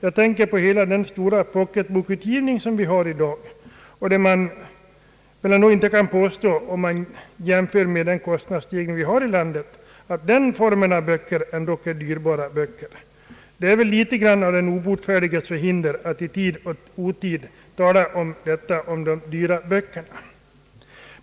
Jag tänker på den stora utgivning av pocketböcker som finns i dag. Om man jämför med den kostnadsstegring vi har i detta land kan man inte påstå att pocketböcker skulle vara särskilt dyra. Det är därför litet av den obotfärdiges förhinder att i tid och otid tala om att böcker är så dyra.